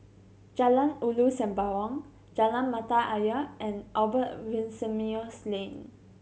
Jalan Ulu Sembawang Jalan Mata Ayer and Albert Winsemius Lane